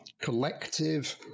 collective